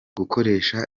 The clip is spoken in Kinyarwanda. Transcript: gukoresha